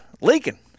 leaking